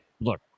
look